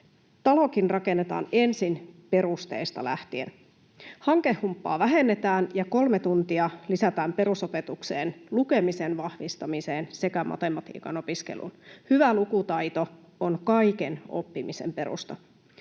Talokin rakennetaan ensin perusteista lähtien. Hankehumppaa vähennetään ja kolme tuntia lisätään perusopetukseen lukemisen vahvistamiseen sekä matematiikan opiskeluun. Hyvä lukutaito on kaiken oppimisen perusta.